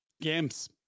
Games